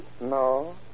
No